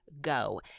go